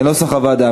כנוסח הוועדה.